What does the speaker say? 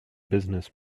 business